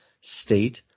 state